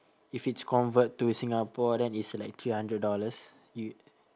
if it's convert to singapore then it's like three hundred dollars you